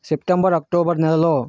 September October నెలలో